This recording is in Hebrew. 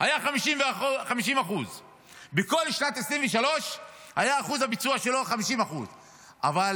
היה 50%. בכל שנת 2023 היה אחוז הביצוע שלו 50%. אבל